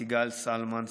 סיגל סלמן,